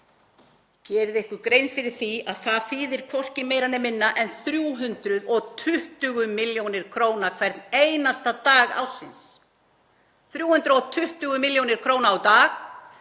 Gerið ykkur grein fyrir því að það þýðir hvorki meira né minna en 320 millj. kr. hvern einasta dag ársins, 320 millj. kr. á dag,